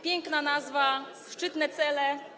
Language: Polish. Piękna nazwa, szczytne cele.